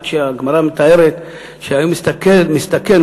הגמרא מתארת שהוא היה מסתכל,